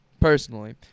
personally